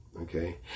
Okay